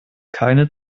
keine